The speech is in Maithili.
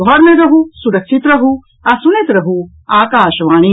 घर मे रहू सुरक्षित रहू आ सुनैत रहू आकाशवाणी